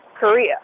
Korea